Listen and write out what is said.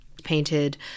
painted